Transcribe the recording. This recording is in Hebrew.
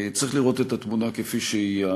צריך לראות את התמונה כפי שהיא.